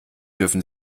dürfen